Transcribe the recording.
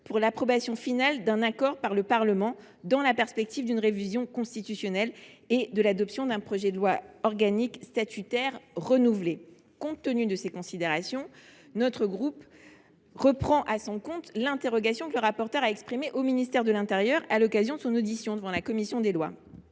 pour l’approbation finale d’un accord par le Parlement une révision constitutionnelle et l’adoption d’un projet de loi organique portant un statut renouvelé de la Nouvelle Calédonie. Compte tenu de ces considérations, notre groupe reprend à son compte l’interrogation que le rapporteur a exprimée au ministre de l’intérieur à l’occasion de son audition devant la commission des lois.